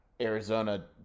Arizona